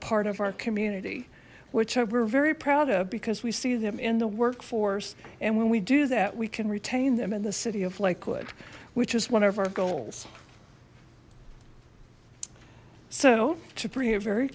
part of our community which we're very proud of because we see them in the workforce and when we do that we can retain them in the city of lakewood which is one of our goals so to